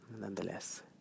nonetheless